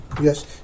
Yes